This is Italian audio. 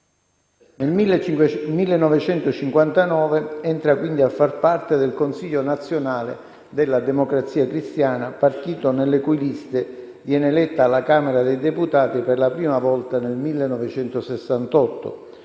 Nel 1959 entra quindi a far parte del Consiglio nazionale della Democrazia Cristiana, partito nelle cui liste viene eletta alla Camera dei deputati per la prima volta nel 1968,